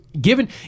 Given